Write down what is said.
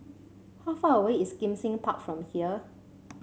how far away is Kim Seng Park from here